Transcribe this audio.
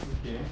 okay